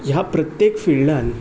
ह्या प्रत्येक फिल्डांत